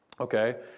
okay